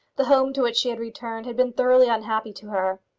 the home to which she had returned had been thoroughly unhappy to her.